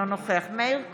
אינו נוכח מאיר כהן,